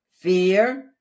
fear